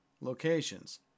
locations